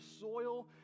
soil